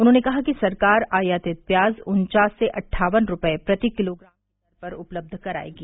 उन्होंने कहा कि सरकार आयातित प्याज उन्चास से अट्ठावन रुपये प्रति किलोग्राम की दर पर उपलब्ध कराएगी